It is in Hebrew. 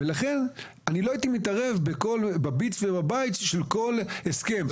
אני לא הייתי מתערב בפרטים של כל הסכם.